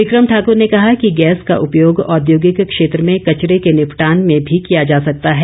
विक्रम ठाकूर ने कहा कि गैस का उपयोग औद्योगिक क्षेत्र में कचरे के निपटान में भी किया जा सकता है